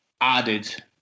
added